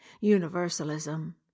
universalism